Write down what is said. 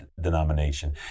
denomination